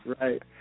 right